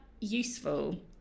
useful